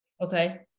Okay